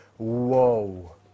Whoa